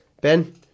Ben